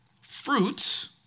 fruits